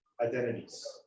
identities